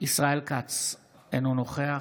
ישראל כץ, אינו נוכח